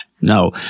No